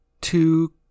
two